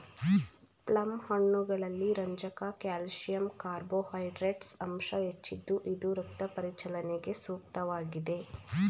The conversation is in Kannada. ಪ್ಲಮ್ ಹಣ್ಣುಗಳಲ್ಲಿ ರಂಜಕ ಕ್ಯಾಲ್ಸಿಯಂ ಕಾರ್ಬೋಹೈಡ್ರೇಟ್ಸ್ ಅಂಶ ಹೆಚ್ಚಿದ್ದು ಇದು ರಕ್ತ ಪರಿಚಲನೆಗೆ ಸೂಕ್ತವಾಗಿದೆ